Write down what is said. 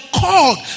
called